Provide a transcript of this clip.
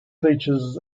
features